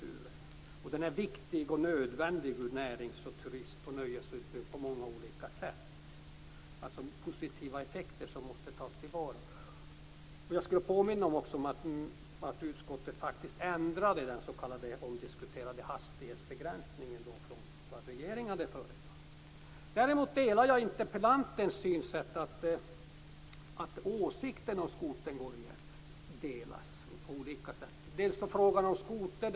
Skotern är på många sätt både viktig och nödvändig från närings-, turist och nöjessynpunkt. Det handlar alltså om positiva effekter som måste tas till vara. Utskottet ändrade faktiskt den omdiskuterade hastighetsbegränsningen från det som regeringen hade föreslagit. Däremot håller jag med interpellanten om att det finns olika åsikter om skotern.